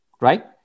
Right